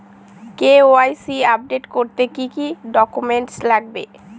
KYC update করতে কি কি ডকুমেন্টস লাগবে?